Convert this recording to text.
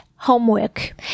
homework